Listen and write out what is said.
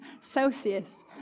Celsius